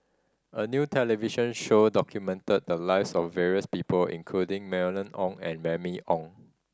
a new television show documented the lives of various people including Mylene Ong and Remy Ong